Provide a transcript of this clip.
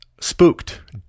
spooked